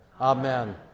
Amen